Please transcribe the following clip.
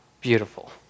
beautiful